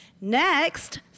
Next